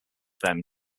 them